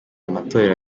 amatorero